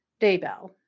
Daybell